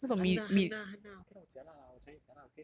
!hanna! !hanna! !hanna! okay lor 我 jialat lah 我 chinese jialat okay